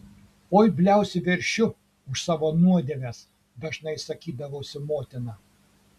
oi bliausi veršiu už savo nuodėmes dažnai sakydavusi motina